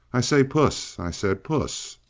i say, puss! i said. puss!